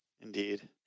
indeed